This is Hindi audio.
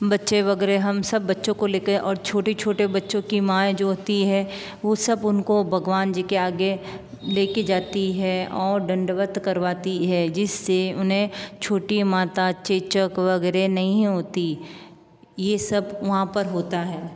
बच्चे वगैरह हम सब बच्चों को लेकर और छोटे छोटे बच्चों की मांए जो होती है वो सब उनको भगवान जी के आगे लेके जाती है और दंडवत करवाती है जिससे उन्हें छोटी माता चेचक वगैरह नहीं होती ये सब वहाँ पर होता है